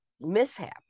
mishap